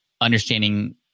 understanding